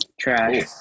trash